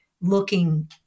looking